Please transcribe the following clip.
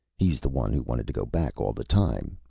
he's the one who wanted to go back all the time.